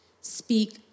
speak